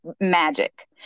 magic